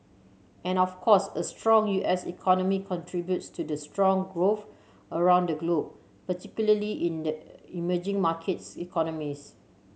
and of course a strong U S economy contributes to strong growth around the globe particularly in the emerging markets economies